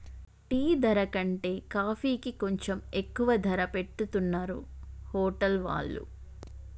tea ధర కంటే కాఫీకి కొంచెం ఎక్కువ ధర పెట్టుతున్నరు హోటల్ వాళ్ళు